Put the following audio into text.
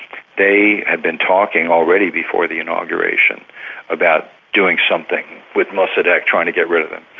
they had been talking already before the inauguration about doing something, with mossadeq trying to get rid of him.